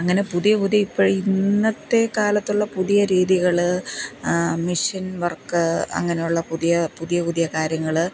അങ്ങനെ പുതിയ പുതിയ ഇപ്പഴ് ഇന്നത്തെ കാലത്തുള്ള പുതിയ രീതികൾ മിഷന് വര്ക്ക് അങ്ങനെയുള്ള പുതിയ പുതിയ പുതിയ കാര്യങ്ങൾ